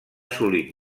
assolit